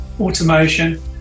automation